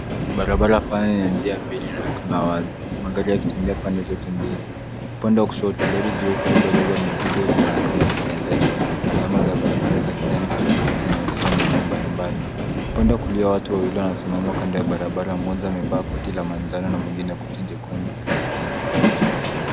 Barabara pana ya njia mbili inaonekana wazi. magari yakitembea pande zote mbili. Upande wa kushoto, lori jeupe lililo beba mizigo linaonekana likiendeshwa na alama za barabara za kijani kibichi zinaonyesha maeneo mbalimbali. Upande wa kulia, watu wawili wamesimama kando ya barabara. Mmoja amevaa koti la manjano na mwingine koti nyekundu.